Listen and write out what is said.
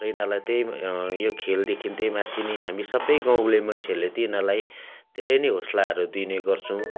र यिनीहरूलाई चाहिँ यो खेलदेखि चाहिँ माथि नै हामी सबै गाउँले मान्छेहरूले चाहिँ यिनीहरूलाई धेरै नै हौसलाहरू दिने गर्छौँ